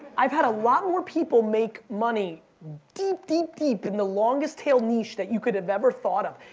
i've had a lot more people make money deep, deep, deep in the longest tail niche that you could have ever thought of.